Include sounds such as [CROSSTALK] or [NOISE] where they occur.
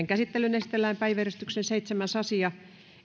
[UNINTELLIGIBLE] käsittelyyn esitellään päiväjärjestyksen seitsemäs asia